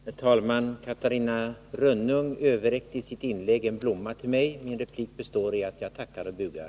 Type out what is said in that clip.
Herr talman! Catarina Rönnung överräckte i sitt inlägg en blomma till mig. Min replik består i att jag tackar och bugar.